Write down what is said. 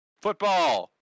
Football